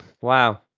Wow